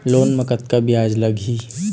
Loan म कतका ब्याज लगही?